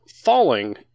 falling